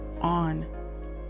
on